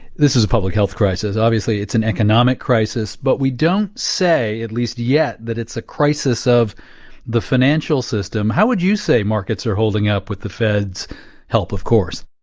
this is public health crisis. obviously, it's an economic crisis, but we don't say, at least yet, that it's a crisis of the financial system. how would you say markets are holding up, with the fed's help, of course?